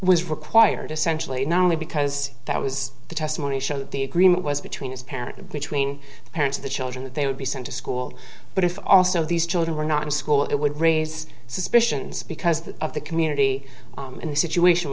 was required essentially not only because that was the testimony show that the agreement was between its parent and between the parents of the children that they would be sent to school but if also these children were not in school it would raise suspicions because the of the community and the situation